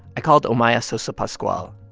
i called omaya sosa pascual.